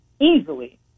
easily